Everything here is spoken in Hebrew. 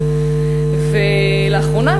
ולאחרונה,